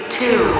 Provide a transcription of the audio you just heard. two